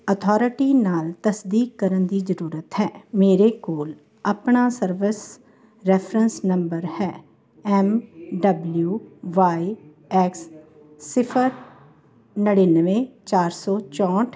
authority ਨਾਲ ਤਸਦੀਕ ਕਰਨ ਦੀ ਜ਼ਰੂਰਤ ਹੈ ਮੇਰੇ ਕੋਲ ਆਪਣਾ ਸਰਵਿਸ ਰੈਫਰੈਂਸ ਨੰਬਰ ਹੈ ਐੱਮ ਡਬਲਿਊ ਵਾਈ ਐਕਸ ਸਿਫ਼ਰ ਨੜਿਨਵੇਂ ਚਾਰ ਸੌ ਚੌਂਹਠ